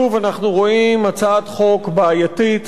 שוב אנחנו רואים הצעת חוק בעייתית,